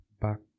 back